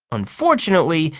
unfortunately,